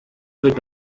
wird